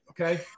okay